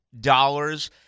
dollars